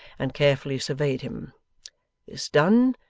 and carefully surveyed him this done,